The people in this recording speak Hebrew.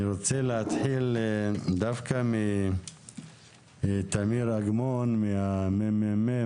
אני רוצה להתחיל דווקא מתמיר אגמון מהממ"מ.